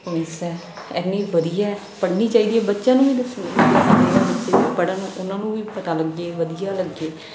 comics ਹੈ ਇੰਨੀ ਵਧੀਆਂ ਪੜ੍ਹਨੀ ਚਾਹੀਦੀ ਹੈ ਬੱਚਿਆਂ ਨੂੰ ਵੀ ਦੱਸਣੀ ਉਹਨਾਂ ਨੂੰ ਵੀ ਪਤਾ ਲੱਗੇ ਵਧੀਆ ਲੱਗੇ